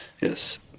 Yes